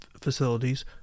facilities